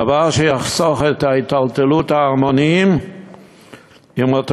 הדבר יחסוך את היטלטלות ההמונים באוטובוסים,